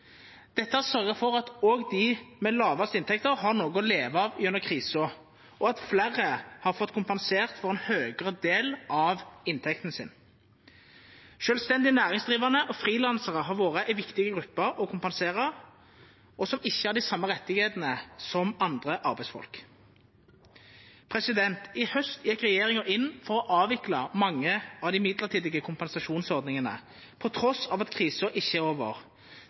Dette har sørget for at også de med lavest inntekter har noe å leve av gjennom krisen, og at flere har fått kompensert for en høyere del av inntekten sin. Selvstendig næringsdrivende og frilansere har vært en viktig gruppe å kompensere, og som ikke har de samme rettighetene som andre arbeidsfolk. I høst gikk regjeringen inn for å avvikle mange av de midlertidige kompensasjonsordningene, på tross av at krisen ikke er over.